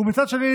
ומצד שני,